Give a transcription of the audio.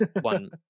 one